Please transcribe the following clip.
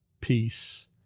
peace